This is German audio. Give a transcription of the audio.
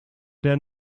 der